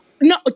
No